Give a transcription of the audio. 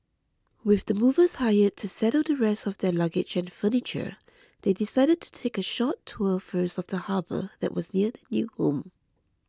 with the movers hired to settle the rest of their luggage and furniture they decided to take a short tour first of the harbour that was near their new home